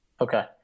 Okay